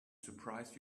surprised